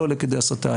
לא עולה כדי הסתה,